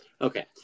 okay